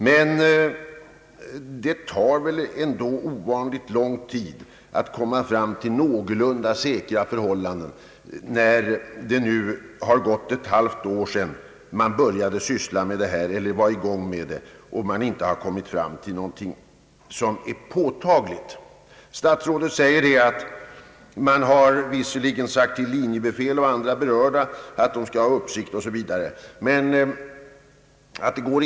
Men jag tycker att det ändå tar ovanligt lång tid att komma fram till något så när säkra förhållanden när ett halvt år nu har gått sedan man började angripa problemet och ännu inte kommit till något påtagligt resultat. Statsrådet säger visserligen att linjebefäl och andra berörda befattningshavare fått tillsägelse att hålla uppsikt etc.